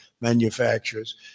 manufacturers